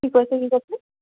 কি কৈছে কি কৈছে